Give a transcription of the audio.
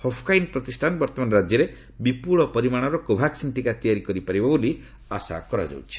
Haffkine ପ୍ରତିଷ୍ଠାନ ବର୍ତ୍ତମାନ ରାଜ୍ୟରେ ବିପୁଳ ପରିମାଣର କୋଭାକୁନ୍ ଟିକା ତିଆରି କରିପାରିବ ବୋଲି ଆଶା କରାଯାଉଛି